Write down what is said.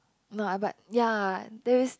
no ah but ya there is